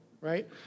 right